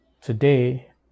Today